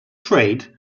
trade